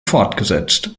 fortgesetzt